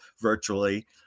virtually